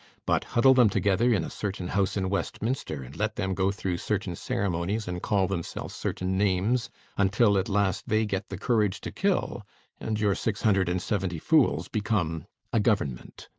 but huddle them together in a certain house in westminster and let them go through certain ceremonies and call themselves certain names until at last they get the courage to kill and your six hundred and seventy fools become a government.